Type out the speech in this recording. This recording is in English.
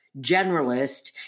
generalist